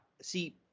see